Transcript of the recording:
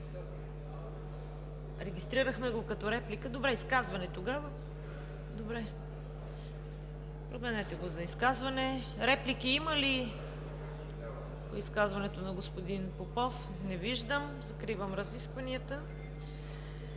Регистрирахме го като реплика? Добре, изказване. Променете го на изказване. Реплики има ли по изказването на господин Попов? Не виждам. Закривам разискванията.